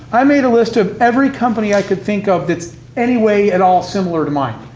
i made a list of every company i could think of that's any way at all similar to mine.